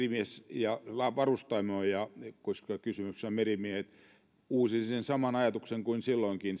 varustamoja koska tässä kysymyksessä ovat merimiehet uusin sen saman ajatuksen kuin silloinkin